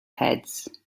heads